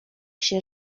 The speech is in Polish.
się